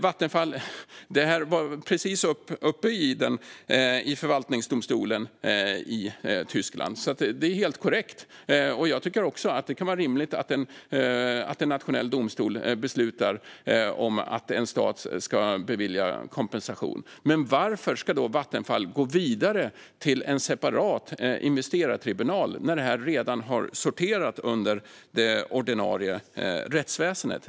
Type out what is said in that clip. Det fallet var precis uppe i författningsdomstolen i Tyskland. Det är helt korrekt. Jag tycker också att det kan vara rimligt att en nationell domstol beslutar att en stat ska bevilja kompensation. Men varför ska Vattenfall gå vidare till en separat investerartribunal när detta redan sorterar under det ordinarie rättsväsendet?